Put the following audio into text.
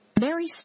Mary